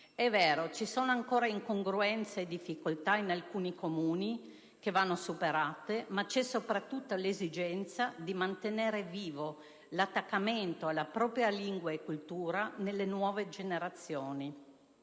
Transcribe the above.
È vero, ci sono ancora incongruenze e difficoltà in alcuni comuni che vanno superate, ma c'è soprattutto l'esigenza di mantenere vivo l'attaccamento alla propria lingua e cultura nelle nuove generazioni.